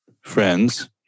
friends